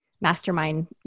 mastermind